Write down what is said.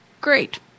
great